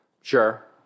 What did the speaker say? Sure